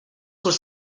was